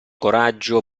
coraggio